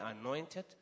anointed